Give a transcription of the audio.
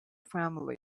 family